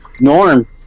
norm